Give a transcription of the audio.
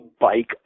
bike